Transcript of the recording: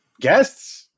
guests